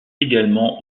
également